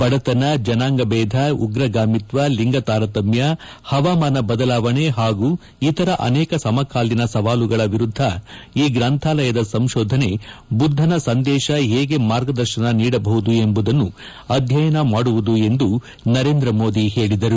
ಬಡತನ ಜನಾಂಗಬೇಧ ಉಗ್ರಗಾಮಿತ್ಸ ಲಿಂಗತಾರತಮ್ನು ಹವಾಮಾನ ಬದಲಾವಣೆ ಹಾಗೂ ಇತರ ಅನೇಕ ಸಮಕಾಲೀನ ಸವಾಲುಗಳ ವಿರುದ್ದ ಈ ಗ್ರಂಥಾಲಯದ ಸಂಶೋಧನೆ ಬುದ್ದನ ಸಂದೇಶ ಹೇಗೆ ಮಾರ್ಗದರ್ಶನ ನೀಡಬಹುದು ಎಂಬುದನ್ನು ಅಧ್ಯಯನ ಮಾಡುವುದು ಎಂದು ನರೇಂದ್ರಮೋದಿ ಹೇಳಿದರು